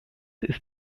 ist